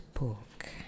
book